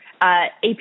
AP